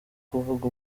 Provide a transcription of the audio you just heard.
kuvuga